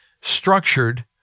structured